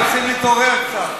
אנחנו רוצים להתעורר קצת.